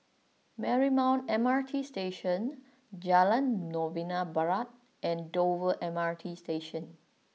Marymount M R T Station Jalan Novena Barat and Dover M R T Station